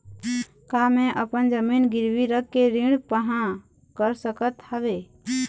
का मैं अपन जमीन गिरवी रख के ऋण पाहां कर सकत हावे?